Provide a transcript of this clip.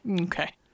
Okay